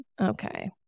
Okay